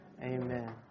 Amen